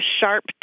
sharp